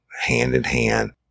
hand-in-hand